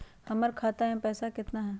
हमर खाता मे पैसा केतना है?